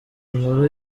nkuru